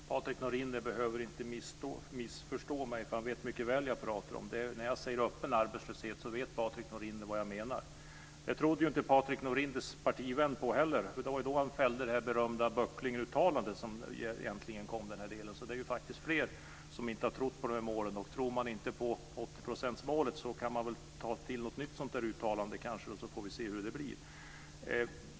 Fru talman! Patrik Norinder behöver inte missförstå mig, för han vet mycket väl vad jag pratar om. När jag säger öppen arbetslöshet, vet Patrik Norinder vad jag menar. Patrik Norinders partivän trodde inte heller på det. Det var då han fällde det berömda böcklinguttalandet. Det är alltså flera som inte har trott på det här målet. Om man inte tror på 80-procentsmålet kan man väl ta till något nytt uttalande, så får vi se hur det blir.